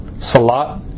Salat